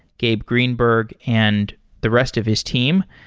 gabe greenberg and the rest of his team.